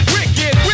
Wicked